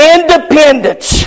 Independence